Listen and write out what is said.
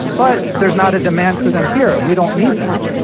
but there's not a demand for them here and we don't need them.